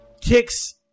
Kicks